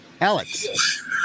Alex